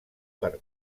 per